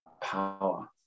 power